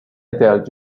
tell